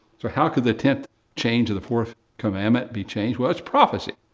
so how could the attempt change of the fourth commandment be changed? well, it's prophecy.